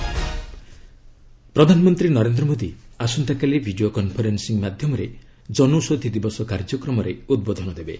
PM ଜନୌଷଧି ଦିବସ ପ୍ରଧାନମନ୍ତ୍ରୀ ନରେନ୍ଦ୍ର ମୋଦି ଆସନ୍ତାକାଲି ଭିଡ଼ିଓ କନ୍ଫରେନ୍ନିଂ ମାଧ୍ୟମରେ ଜନୌଷଧି ଦିବସ କାର୍ଯ୍ୟକ୍ରମରେ ଉଦ୍ବୋଧନ ଦେବେ